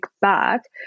back